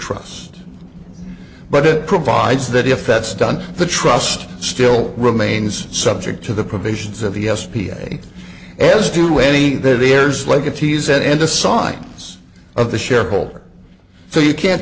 trust but it provides that if that's done the trust still remains subject to the provisions of the s p i as do any there's legatees said and the signs of the shareholder so you can't